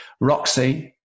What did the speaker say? Roxy